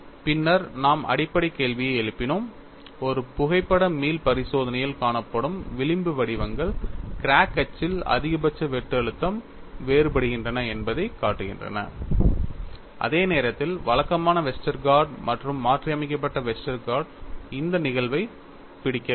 பின்னர் நாம் அடிப்படை கேள்வியை எழுப்பினோம் ஒரு புகைப்பட மீள் பரிசோதனையில் காணப்படும் விளிம்பு வடிவங்கள் கிராக் அச்சில் அதிகபட்ச வெட்டு அழுத்தம் வேறுபடுகின்றன என்பதைக் காட்டுகின்றன அதே நேரத்தில் வழக்கமான வெஸ்டர்கார்ட் மற்றும் மாற்றியமைக்கப்பட்ட வெஸ்டர்கார்ட் இந்த நிகழ்வைப் பிடிக்கவில்லை